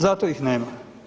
Zato ih nema.